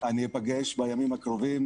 אני אפגש בימים הקרובים,